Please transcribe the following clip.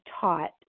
taught